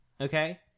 Okay